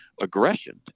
aggression